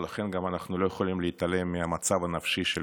ולכן אנחנו לא יכולים להתעלם מהמצב הנפשי של